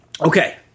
Okay